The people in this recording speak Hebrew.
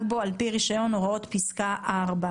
בו בעל הרישיון לפי הוראות פסקה (4)".